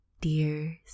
dear